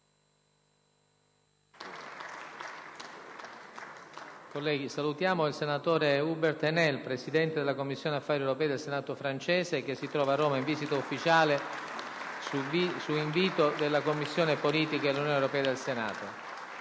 Colleghi, salutiamo il senatore Hubert Haenel, presidente della Commissione affari europei del Senato francese, che si trova a Roma, in visita ufficiale su invito della Commissione politiche dell'Unione europea del Senato.